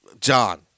John